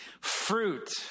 fruit